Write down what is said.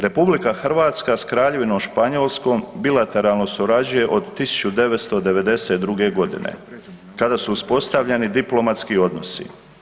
RH s Kraljevinom Španjolskom bilateralno surađuje od 1992.g. kada su uspostavljeni diplomatski odnosi.